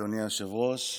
היושב-ראש.